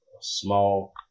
small